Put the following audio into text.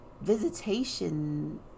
visitation